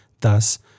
thus